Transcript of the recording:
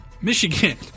Michigan